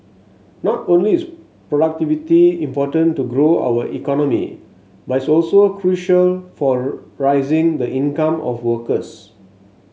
not only is productivity important to grow our economy but it's also crucial for rising the income of workers